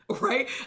right